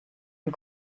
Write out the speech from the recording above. und